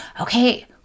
Okay